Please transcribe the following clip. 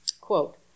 Quote